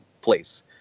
place